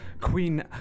Queen